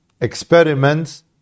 experiments